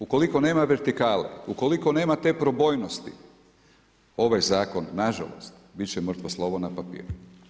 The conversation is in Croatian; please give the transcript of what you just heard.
Ukoliko nema vertikale, ukoliko nema te probojnosti ovaj zakon nažalost, bit će mrtvo slovo na papiru.